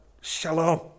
Shalom